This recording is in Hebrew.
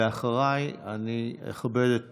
ואחריי אני אכבד את